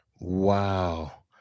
Wow